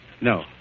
No